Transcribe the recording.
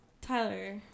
Tyler